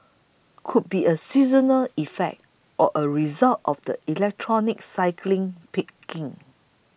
could be a seasonal effect or a result of the electronics cycling peaking